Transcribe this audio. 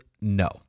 No